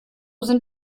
sind